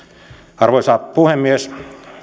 arvoisa puhemies